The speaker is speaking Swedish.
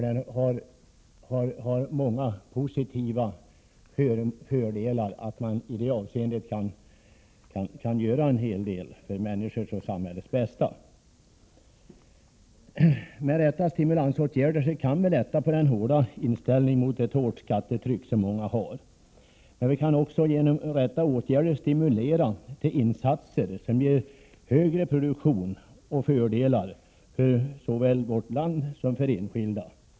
Det ligger många fördelar i att man på så sätt kan göra en hel del för människornas och samhällets bästa. Med de rätta stimulansåtgärderna kan vi lätta på den hårda inställning mot ett hårt skattetryck som många har. Vi kan också genom rätta åtgärder stimulera till insatser som ger högre produktion och fördelar för såväl vårt land som enskilda.